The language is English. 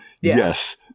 yes